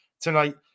tonight